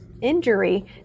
injury